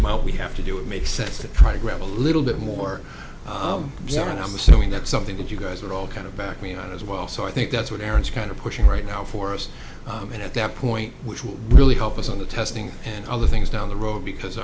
amount we have to do it makes sense to try to grab a little bit more generally i'm assuming that's something that you guys are all kind of back me on as well so i think that's what aaron's kind of pushing right now for us and at that point which will really help us on the testing and other things down the road because